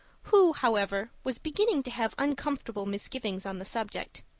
who, however, was beginning to have uncomfortable misgivings on the subject.